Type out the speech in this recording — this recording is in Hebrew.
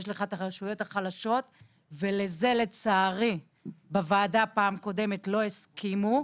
יש לך את הרשויות החלשות ולזה לצערי בוועדה פעם קודמת לא הסכימו,